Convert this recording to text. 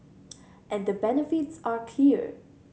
and the benefits are clear